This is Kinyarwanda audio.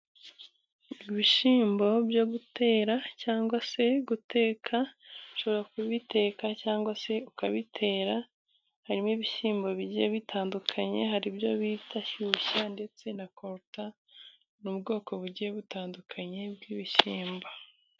Ibishyimbo byo gutera cyangwa se guteka ushobora kubiteka cyangwa se ukabitera harimo ibishyimbo bigiye bitandukanye hari ibyo bita shyushya ndetse na koruta ni ubwoko bugiye butandukanye bw'ibishyimbo.